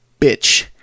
bitch